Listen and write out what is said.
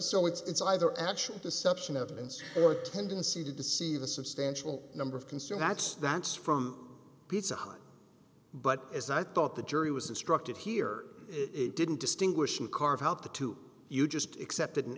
so it's either actual deception evidence or a tendency to deceive a substantial number of concern that's that's from pizza hut but as i thought the jury was instructed here it didn't distinguish a car help the two you just accepted an